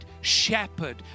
shepherd